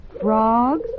frogs